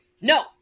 No